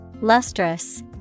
Lustrous